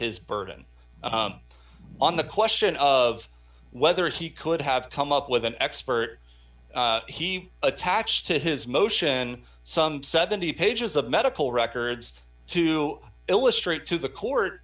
his burden on the question of whether if he could have come up with an expert he attached to his motion some seventy pages of medical records to illustrate to the court